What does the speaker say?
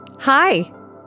Hi